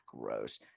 gross